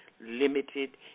Limited